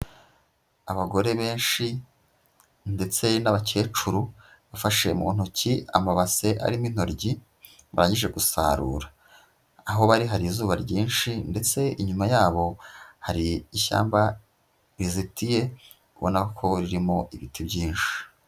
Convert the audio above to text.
Abagore benshi ndetse n'abakecuru bafashe mu ntoki amabase arimo intoryi barangije gusarura, aho bari hari izuba ryinshi ndetse inyuma yabo hari ishyamba rizitiye ubona ko ririmo ibiti byinshi.